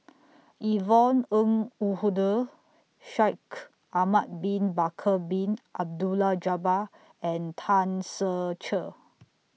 Yvonne Ng Uhde Shaikh Ahmad Bin Bakar Bin Abdullah Jabbar and Tan Ser Cher